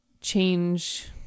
change